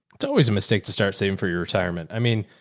it's always a mistake to start saving for your retirement. i mean,